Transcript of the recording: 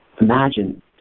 Imagine